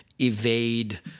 evade